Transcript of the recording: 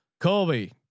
Colby